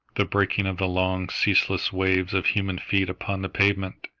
the breaking of the long, ceaseless waves of human feet upon the pavement.